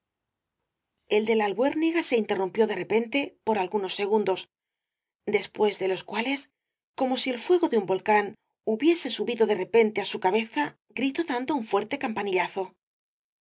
el de la albuérniga se interrumpió de repente por algunos segundos después de los cuales como si el fuego de un volcán hubiese subido de repente á su cabeza gritó dando un fuerte campanillazo